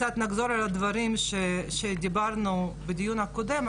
קצת נחזור על הדברים שדיברנו בדיון הקודם,